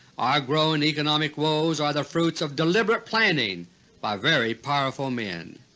our growing economic woes are the fruits of deliberate planning by very powerful men.